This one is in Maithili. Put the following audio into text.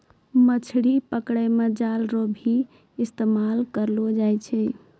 मछली पकड़ै मे जाल रो भी इस्तेमाल करलो जाय छै